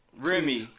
Remy